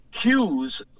cues